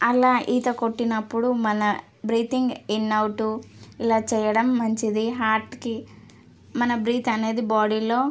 అలా ఈత కొట్టినప్పుడు మన బ్రీథింగ్ ఇన్ ఔటు ఇలా చేయడం మంచిది హార్ట్కి మన బ్రీత్ అనేది బాడీలో